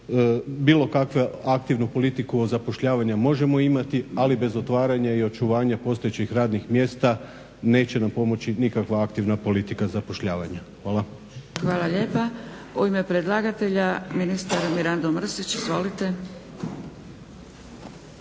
bilo kakvu aktivnu politiku zapošljavanja možemo imati, ali bez otvaranja i očuvanja postojećih radnih mjesta neće nam pomoći nikakva aktivna politika zapošljavanja. Hvala. **Zgrebec, Dragica (SDP)** Hvala lijepa. U ime predlagatelja ministar Mirando Mrsić. Izvolite.